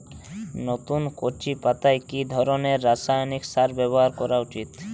নতুন কচি পাতায় কি ধরণের রাসায়নিক সার ব্যবহার করা উচিৎ?